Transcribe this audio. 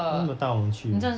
都没有带我们去